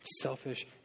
Selfish